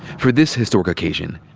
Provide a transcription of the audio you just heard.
for this historic occasion,